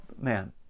man